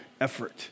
effort